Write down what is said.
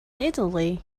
italy